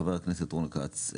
חבר הכנסת רון כץ.